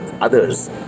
others